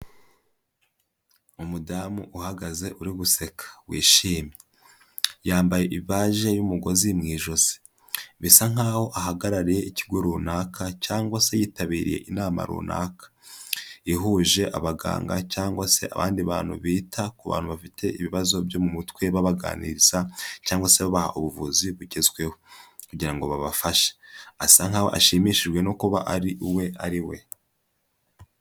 Umudamu uhagaze uri guseka, wishimye, yambaye ibaje y'umugozi mu ijosi, bisa nkaho ahagarariye ikigo runaka, cyangwa se yitabiriye inama runaka ihuje abaganga cyangwa se abandi bantu bita ku bantu bafite ibibazo byo mu mutwe babaganiriza, cyangwa se babaha ubuvuzi bugezweho kugira ngo babafashe. Asa nkaho ashimishijwe no kuba ari uwo ari we.